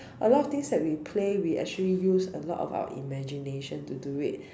a lot of things that we play we actually use a lot of our imagination to do it